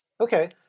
Okay